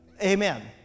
Amen